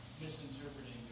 misinterpreting